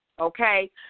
okay